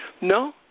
no